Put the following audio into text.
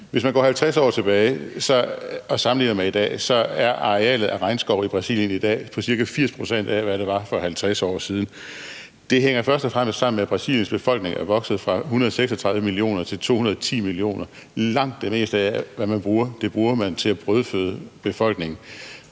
Hvis man går 50 år tilbage og sammenligner med i dag, er arealet af regnskov i Brasilien i dag på ca. 80 pct. af, hvad det var for 50 år siden. Det hænger først og fremmest sammen med, at Brasiliens befolkning er vokset fra 136 millioner til 210 millioner. Langt det meste af, hvad man bruger, bruger man til at brødføde befolkningen.